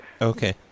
Okay